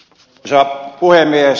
arvoisa puhemies